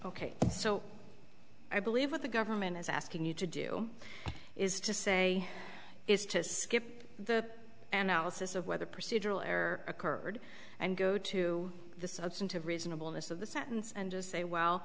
ok so i believe what the government is asking you to do is to say is to skip the and alice of whether procedural error occurred and go to the substantive reasonable most of the sentence and just say well